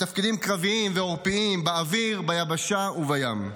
בתפקידים קרביים ועורפיים, באוויר, ביבשה ובים.